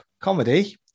comedy